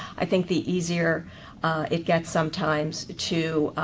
i think the easier it gets sometimes to